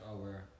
Over